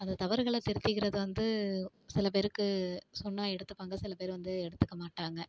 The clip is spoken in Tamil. அந்த தவறுகளை திருத்திக்கிறது வந்து சில பேருக்கு சொன்னால் எடுத்துப்பாங்க சில பேர் வந்து எடுத்துக்க மாட்டாங்க